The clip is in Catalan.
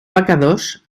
pecadors